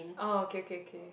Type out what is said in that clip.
oh K K K